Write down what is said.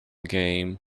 game